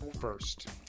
first